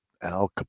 Al